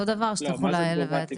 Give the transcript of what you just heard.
אותו דבר שתלכו ותבדקו?